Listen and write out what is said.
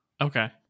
Okay